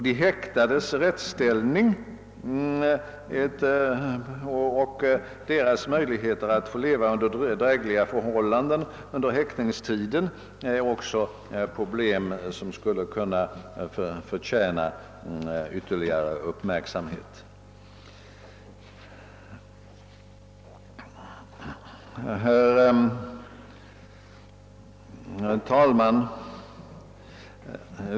De häktades rättsställning och möjligheter att få leva under drägliga förhållanden under häktningstiden är också problem som skulle förtjäna ytterligare uppmärksamhet. Herr talman!